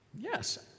Yes